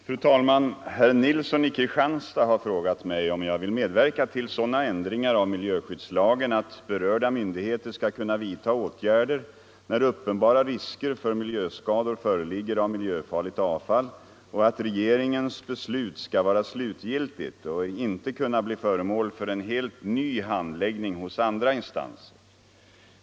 Fru talman! Herr Nilsson i Kristianstad har frågat mig om jag vill medverka till sådana ändringar av miljöskyddslagen att berörda myndigheter skall kunna vidta åtgärder när uppenbara risker för miljöskador föreligger av miljöfarligt avfall och att regeringens beslut skall vara slutgiltigt och inte kunna bli föremål för en helt ny handläggning hos andra instanser.